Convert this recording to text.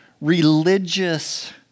religious